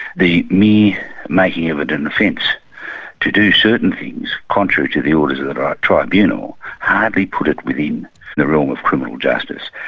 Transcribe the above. the mere making of it an offence to do certain things contrary to the orders of that tribunal hardly put it within the realm of criminal justice.